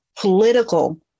political